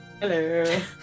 hello